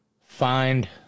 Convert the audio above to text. find